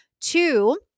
Two